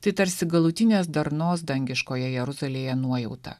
tai tarsi galutinės darnos dangiškoje jeruzalėje nuojauta